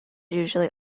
usually